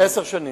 עשר שנים.